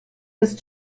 ist